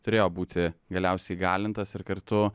turėjo būti galiausiai įgalintas ir kartu